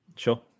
Sure